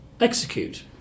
execute